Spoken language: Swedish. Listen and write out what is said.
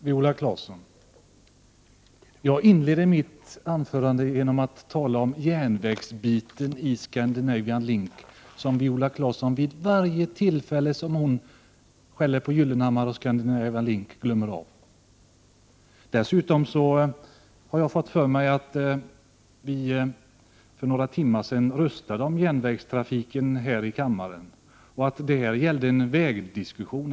Herr talman! Jag inledde mitt anförande, Viola Claesson, med att tala om järnvägsdelen i Scandinavian Link, som Viola Claesson vid varje tillfälle som hon skäller på Gyllenhammar och Scandinavian Link glömmer bort. Dessutom har jag fått för mig att vi här i kammaren för några timmar sedan röstade om järnvägstrafiken och att debatten nu gäller en vägdiskussion.